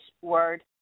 word